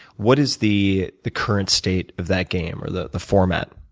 what is the the current state of that game or the the format?